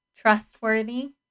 Trustworthy